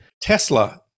Tesla